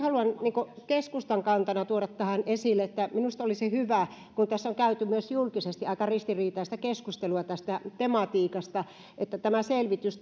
haluan keskustan kantana tuoda esille että minusta olisi hyvä kun tässä on käyty myös julkisesti aika ristiriitaista keskustelua tästä tematiikasta että tämä selvitys